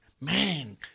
man